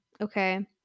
okay